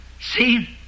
See